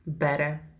better